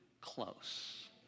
close